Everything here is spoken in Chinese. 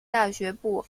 大学部